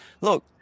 look